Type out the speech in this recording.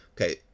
Okay